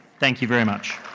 thank you very much.